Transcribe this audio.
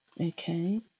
okay